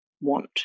want